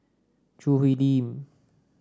Choo Hwee Lim